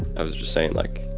i was just saying, like,